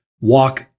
walk